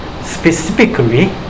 specifically